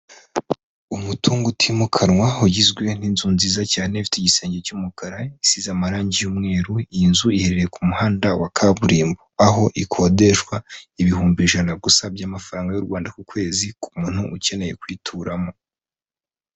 Umutungo utimukanwa ugizwe n'inzu nziza cyane, ifite igisenge cy'umukara gisize amarangi y'umweru, iyi nzu iherereye ku muhanda wa kaburimbo, aho ikodeshwa ibihumbi ijana gusa by'amafaranga y'u Rwanda ku kwezi ku muntu ukeneye kuyituramo.